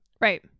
Right